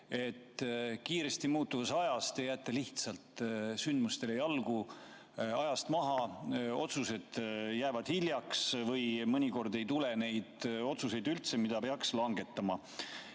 kiiresti muutuvas ajas te jääte lihtsalt sündmustele jalgu, ajast maha, otsused jäävad hiljaks või mõnikord ei tule üldse neid otsuseid, mida peaks langetama.